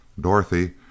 Dorothy